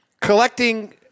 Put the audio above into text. collecting